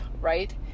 right